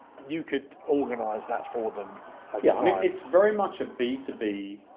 you could organize that for them yeah i mean it's very much a b to b